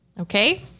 Okay